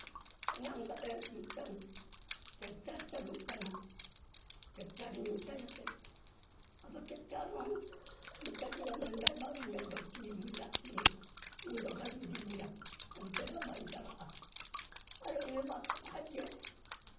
ᱚᱱᱮ ᱚᱱᱠᱟᱛᱮ ᱢᱤᱫᱴᱟᱝ ᱴᱮᱠᱴᱟᱨ ᱪᱟᱹᱞᱩᱜ ᱠᱟᱱᱟ ᱴᱮᱠᱴᱟᱨ ᱤᱧ ᱢᱮᱛᱟᱭᱟᱥᱮ ᱟᱫᱚ ᱴᱮᱠᱴᱟᱨ ᱦᱚᱸ ᱢᱮᱛᱟ ᱫᱮᱭᱟ ᱢᱮᱱᱫᱟᱭ ᱵᱟᱝ ᱤᱧᱟᱹᱜ ᱫᱚ ᱴᱚᱯ ᱢᱮᱱᱟᱜ ᱛᱤᱧᱟᱹ ᱤᱧᱫᱚ ᱵᱟᱹᱧ ᱤᱫᱤ ᱢᱮᱭᱟ ᱚᱱᱛᱮ ᱫᱚ ᱵᱟᱹᱧ ᱪᱟᱞᱟᱜᱼᱟ ᱟᱨᱚ ᱤᱱᱟᱹ ᱵᱟᱫᱽ ᱠᱷᱟᱡ ᱜᱮ